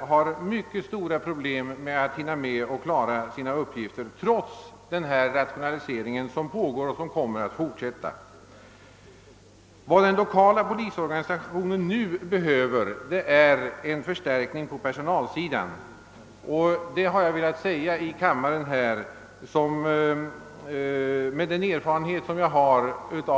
har svårigheter att klara sina uppgifter trots den rationalisering som pågår och som kommer att fortsätta. Den lokala polisorganisationen behöver i dag en förstärkning på polissidan vilket jag vill understryka med stöd av drygt 26 års erfarenhet inom polisen.